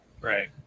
right